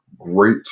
great